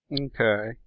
Okay